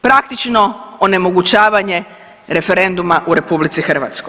Praktično onemogućavanje referenduma u RH.